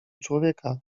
człowieka